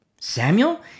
Samuel